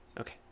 Okay